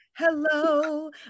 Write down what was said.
Hello